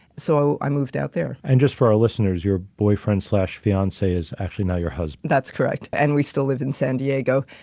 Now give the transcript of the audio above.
so, i moved out there. and just for our listeners, your boyfriend slash fiance is actually now your husband. that's correct. and we still live in san diego.